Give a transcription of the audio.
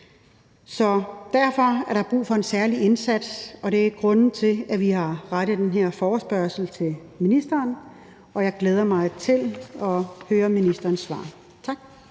Derfor er der brug for en særlig indsats, og det er grunden til, at vi har rettet den her forespørgsel til ministeren. Jeg glæder mig til at høre ministerens svar. Tak.